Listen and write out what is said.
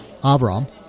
Avram